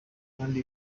kandi